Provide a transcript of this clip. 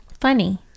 Funny